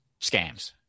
scams